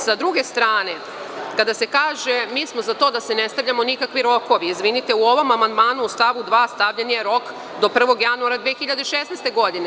S druge strane, kada se kaže – mi smo za to da se ne stavljaju nikakvi rokovi, izvinite, u ovom amandmanu u stavu 2. stavljen je rok do 1. januara 2016. godine.